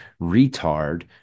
retard